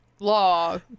law